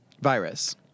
virus